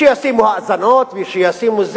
שישימו האזנות וישימו,